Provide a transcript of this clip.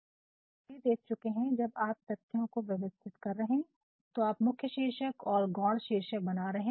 Refer Slide Time 3812 तो हम पहले ही देख चुके हैं कि जब आप तथ्यों को व्यवस्थित कर रहे हैं तो आप मुख्य शीर्षक और गौड़ शीर्षक बना रहे हैं